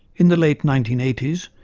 in the late nineteen eighty s,